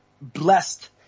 blessed